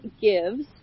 gives